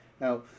Now